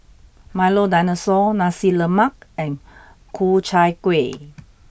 Milo Dinosaur Nasi Lemak and Ku Chai Kueh